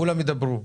כולם ידברו,